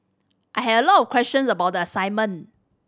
I had a lot of questions about the assignment